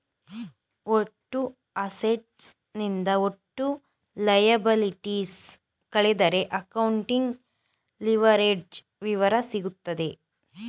ಒಟ್ಟು ಅಸೆಟ್ಸ್ ನಿಂದ ಒಟ್ಟು ಲಯಬಲಿಟೀಸ್ ಕಳೆದರೆ ಅಕೌಂಟಿಂಗ್ ಲಿವರೇಜ್ಡ್ ವಿವರ ಸಿಗುತ್ತದೆ